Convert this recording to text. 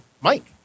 Mike